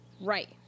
Right